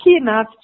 enough